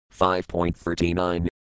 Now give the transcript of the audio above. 5.39